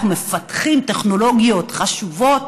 אנחנו מפתחים טכנולוגיות חשובות,